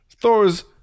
Thor's